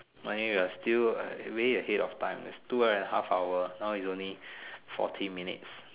anyway we're still way ahead of time it's two and a half hours now is only forty minutes